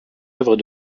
œuvres